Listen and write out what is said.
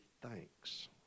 thanks